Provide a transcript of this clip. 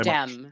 Dem